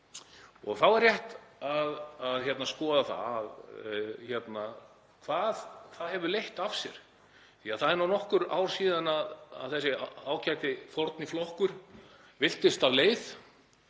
Þá er rétt að skoða hvað það hefur leitt af sér, því það eru nú nokkur ár síðan þessi ágæti forni flokkur villtist af leið,